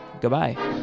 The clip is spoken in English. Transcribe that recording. Goodbye